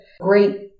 Great